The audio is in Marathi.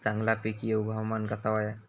चांगला पीक येऊक हवामान कसा होया?